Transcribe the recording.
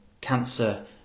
cancer